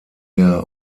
der